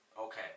okay